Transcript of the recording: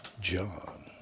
John